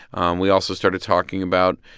and we also started talking about,